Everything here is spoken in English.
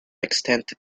extent